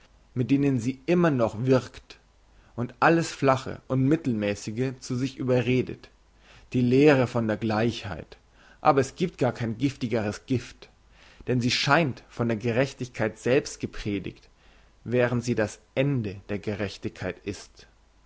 mit denen sie immer noch wirkt und alles flache und mittelmässige zu sich überredet die lehre von der gleichheit aber es giebt gar kein giftigeres gift denn sie scheint von der gerechtigkeit selbst gepredigt während sie das ende der gerechtigkeit ist